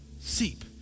seep